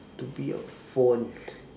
to be a phone